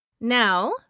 Now